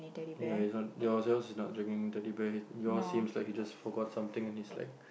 ya he's not yours is not dragging Teddy Bear yours seems like he just forgot something and he's like